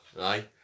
aye